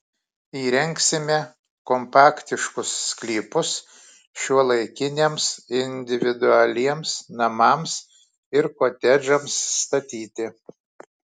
įrengsime kompaktiškus sklypus šiuolaikiniams individualiems namams ir kotedžams statyti